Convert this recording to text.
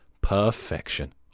Perfection